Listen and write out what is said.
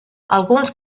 alguns